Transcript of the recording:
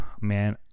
man